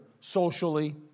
socially